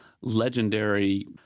legendary –